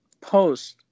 post